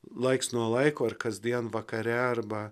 laiks nuo laiko ar kasdien vakare arba